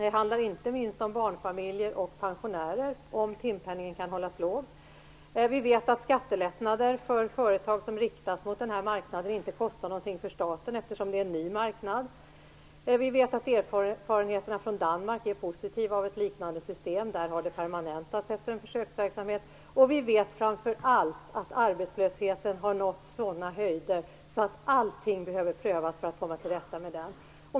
Det handlar inte minst om barnfamiljer och pensionärer, om timpenningen kan hållas låg. Vi vet att skattelättnader för företag som riktas mot denna marknad inte kostar någonting för staten, eftersom det är en ny marknad. Vi vet att erfarenheterna från Danmark av ett liknande system är positiva, och där har detta permanentats efter en försöksverksamhet. Vi vet framför allt att arbetslösheten har nått sådana höjder att allting behöver prövas för att vi skall komma till rätta med den.